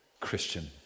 Christian